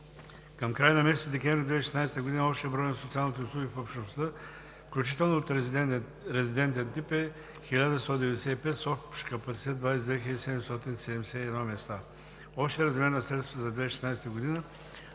Към края на месец декември 2016 г. общият брой на социалните услуги в общността, включително от резидентен тип, е 1 095, с общ капацитет 22 771 места. Общият размер на средствата за 2016 г.